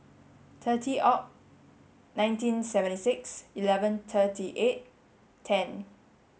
thirty Aug nineteen seventy six eleven thirty eight ten